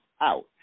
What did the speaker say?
out